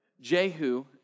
Jehu